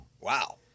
Wow